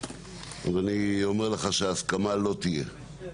אני אומר לך שהסכמה לא תהיה.